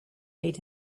made